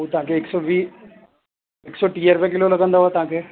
उहो तव्हां खे हिकु सौ वीह हिकु सौ टीह रुपए किलो लॻंदव तव्हां खे